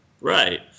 Right